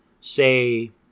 Say